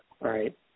right